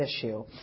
issue